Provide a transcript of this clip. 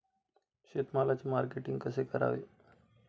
शेतमालाचे मार्केटिंग कसे करावे?